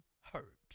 hurt